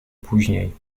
później